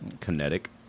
Kinetic